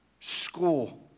school